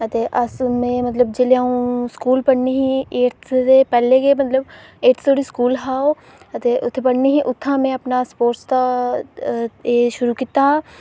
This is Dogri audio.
ते अस जेल्लै में स्कूल पढ़नी होनी ही ते एट्थ दे पैह्लें गै मतलब ओह् स्कूल हा ते उत्थै पढ़नी ही ते उत्थुआं में अपना स्पोर्टस दा ते एह् शुरू कीता हा